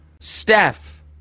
Steph